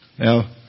Now